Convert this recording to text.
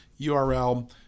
URL